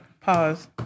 Pause